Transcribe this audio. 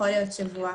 יכול להיות שבוע.